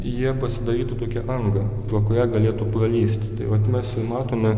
jie pasidarytų tokią angą pro kurią galėtų pralįsti tai vat mes ir matome